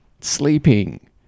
sleeping